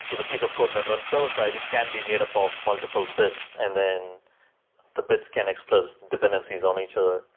so the piece of code that runs server-side, it can be made up of multiple bits, and then the bits can express dependencies on each other.